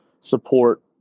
support